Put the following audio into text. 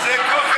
יש לנו עוד